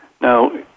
Now